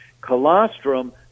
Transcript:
Colostrum